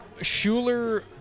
Shuler